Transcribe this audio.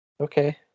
Okay